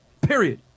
period